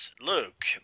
look